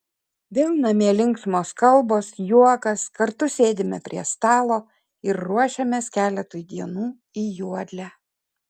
vėl namie linksmos kalbos juokas kartu sėdime prie stalo ir ruošiamės keletui dienų į juodlę